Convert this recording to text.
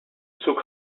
took